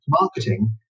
marketing